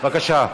בבקשה.